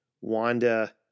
Wanda